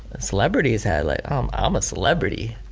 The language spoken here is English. celebrities had, like i'm um a celebrity,